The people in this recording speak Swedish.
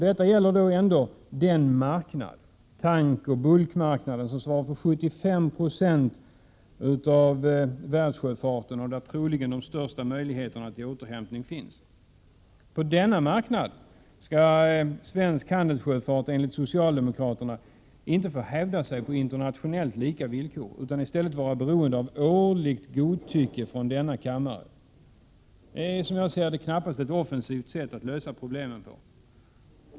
Detta gäller ändå den marknad, tankoch bulkmarknaden, som svarar för 75 960 av världssjöfarten och där troligen de största möjligheterna till återhämtning finns. På denna marknad skall svensk handelssjöfart enligt socialdemokraterna inte få hävda sig på internationellt lika villkor utan i stället vara beroende av årligt godtycke från denna kammare. Det är, som jag ser det, knappast ett offensivt sätt att lösa problemen på.